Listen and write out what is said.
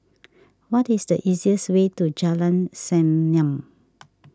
what is the easiest way to Jalan Senyum